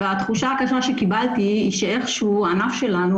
והתחושה שקיבלתי היא שאיכשהו הענף שלנו,